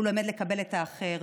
הוא לומד לקבל את האחר,